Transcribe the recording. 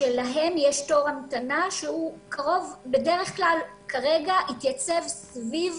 שלהם יש תור המתנה שכרגע הוא התייצב סביב